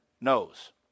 knows